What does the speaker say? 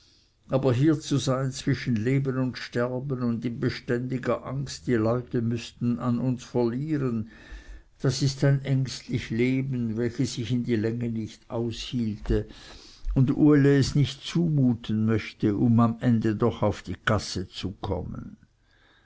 aber hier zu sein zwischen leben und sterben und in beständiger angst die leute müßten an uns verlieren das ist ein ängstlich leben welches ich in die länge nicht aushielte und uli es nicht zumuten möchte um am ende doch auf die gasse zu kommen